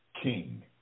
King